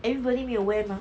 everybody 没有 wear mah